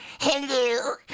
Hello